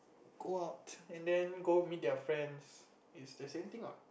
go out and then go meet their friends is the same thing what